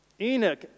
Enoch